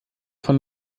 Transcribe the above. von